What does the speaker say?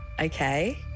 Okay